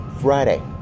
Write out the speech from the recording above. Friday